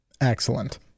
Excellent